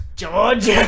George